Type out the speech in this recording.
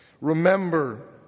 Remember